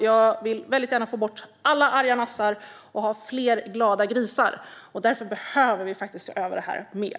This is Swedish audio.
Jag vill gärna få bort alla arga nassar och få fler glada grisar. Därför behöver vi se över detta mer.